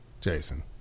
jason